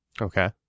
Okay